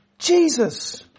Jesus